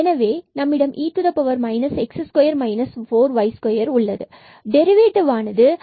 எனவேe x2 4y2 பின்பு derivative ஆனது x2 4y2